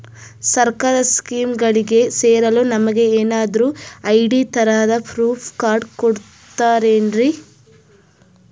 ಸರ್ಕಾರದ ಸ್ಕೀಮ್ಗಳಿಗೆ ಸೇರಲು ನಮಗೆ ಏನಾದ್ರು ಐ.ಡಿ ತರಹದ ಪ್ರೂಫ್ ಕಾರ್ಡ್ ಕೊಡುತ್ತಾರೆನ್ರಿ?